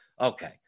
Okay